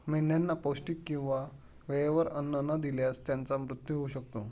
मेंढ्यांना पौष्टिक किंवा वेळेवर अन्न न दिल्यास त्यांचा मृत्यू होऊ शकतो